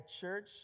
church